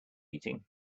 eating